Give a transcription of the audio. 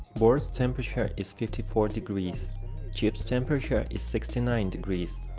boards temperature is fifty four degrees chips temperature is sixty nine degrees